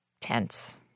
tense